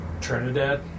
Trinidad